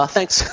Thanks